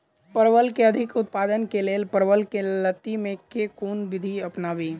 परवल केँ अधिक उत्पादन केँ लेल परवल केँ लती मे केँ कुन विधि अपनाबी?